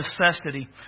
necessity